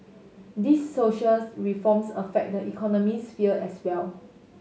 these socials reforms affect the economic sphere as well